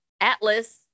Atlas